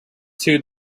two